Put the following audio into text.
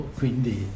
quindi